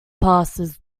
passes